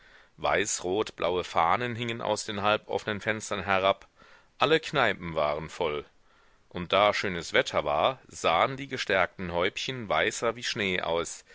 weiß rot blaue fahnen hingen aus den halboffnen fenstern herab alle kneipen waren voll und da schönes wetter war sahen die gestärkten häubchen weißer wie schnee aus